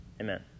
Amen